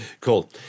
Cool